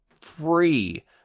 free